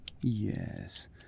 Yes